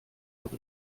doch